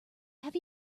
have